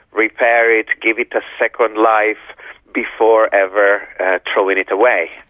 repair it, give it a second life before ever throwing it away.